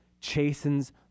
chastens